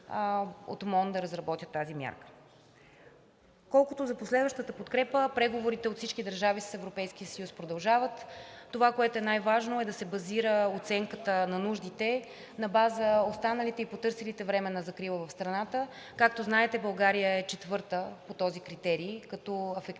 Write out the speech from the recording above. от МОН да разработят тази мярка. Колкото за последващата подкрепа, преговорите с всички държави от Европейския съюз продължават. Това, което е най-важно, е да се базира оценката на нуждите на база останалите и потърсилите временна закрила в страната. Както знаете, България е четвърта по този критерий като афектирана